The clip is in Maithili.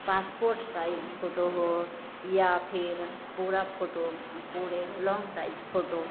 पासपोर्ट साइज फोटो हो या फिर पूरा फोटो पुरे लाँन्ग साइज फोटो